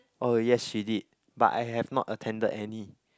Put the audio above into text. oh yes she did but I have not attended any